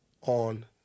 on